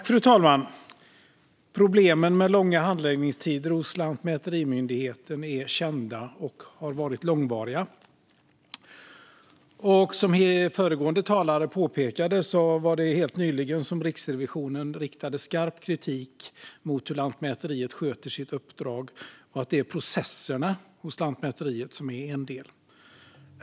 Fru talman! Problemen med långa handläggningstider hos lantmäterimyndigheten är kända och långvariga. Som föregående talare nämnde var det helt nyligen som Riksrevisionen riktade skarp kritik mot hur Lantmäteriet sköter sitt uppdrag och att det är processerna hos Lantmäteriet som är en del.